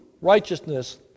righteousness